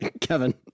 Kevin